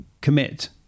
commit